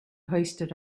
hoisted